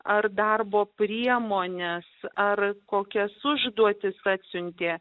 ar darbo priemones ar kokias užduotis atsiuntė